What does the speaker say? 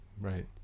right